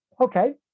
okay